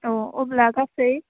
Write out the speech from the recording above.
अह अब्ला गासै